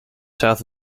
south